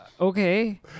Okay